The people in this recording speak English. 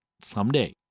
someday